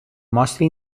mostra